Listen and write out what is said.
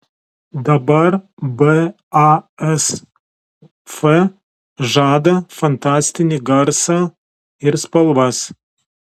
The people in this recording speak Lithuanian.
dabar basf žada fantastinį garsą ir spalvas